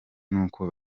nuko